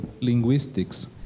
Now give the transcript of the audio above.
linguistics